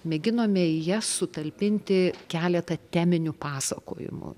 mėginome į jas sutalpinti keletą teminių pasakojimų